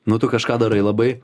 nu tu kažką darai labai